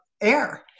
air